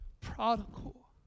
prodigal